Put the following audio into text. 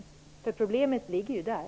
Det är ju där problemet ligger.